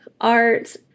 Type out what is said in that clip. art